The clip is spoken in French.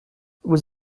vous